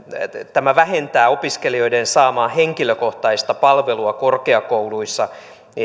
tämä vähentää opiskelijoiden saamaa henkilökohtaista palvelua korkeakouluissa